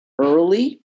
early